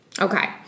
Okay